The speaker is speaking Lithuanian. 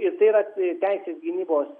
ir tai yra teisės gynybos